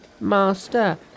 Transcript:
master